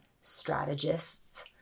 strategists